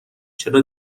چرا